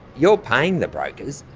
you're paying the brokers,